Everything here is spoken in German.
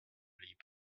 blieb